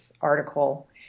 article